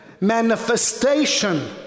manifestation